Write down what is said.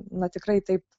na tikrai taip